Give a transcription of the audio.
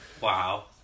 Wow